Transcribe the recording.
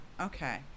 okay